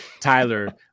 Tyler